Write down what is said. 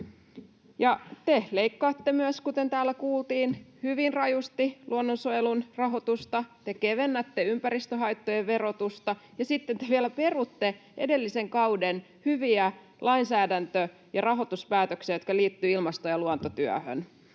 Te leikkaatte myös, kuten täällä kuultiin, hyvin rajusti luonnonsuojelun rahoitusta. Te kevennätte ympäristöhaittojen verotusta, ja sitten te vielä perutte edellisen kauden hyviä lainsäädäntö- ja rahoituspäätöksiä, jotka liittyvät ilmasto- ja luontotyöhön.